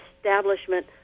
establishment